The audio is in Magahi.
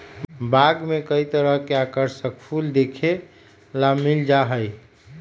बाग में कई तरह के आकर्षक फूल देखे ला मिल जा हई